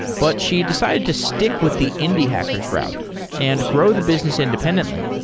but she decided to stick with the indie hackers route and grow the business independently.